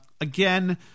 again